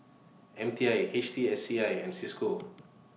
M T I H T S C I and CISCO